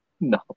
no